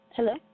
Hello